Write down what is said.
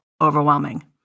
overwhelming